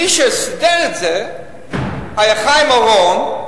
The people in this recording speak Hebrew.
מי שסידרו את זה היו חיים אורון,